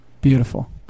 Beautiful